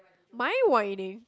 mind winding